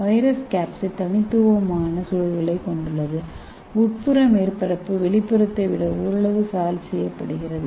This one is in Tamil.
வைரஸ் கேப்சிட் தனித்துவமான சூழல்களைக் கொண்டுள்ளது உட்புற மேற்பரப்பு வெளிப்புறத்தை விட ஓரளவு சார்ஜ் செய்யப்படுகிறது